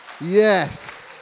Yes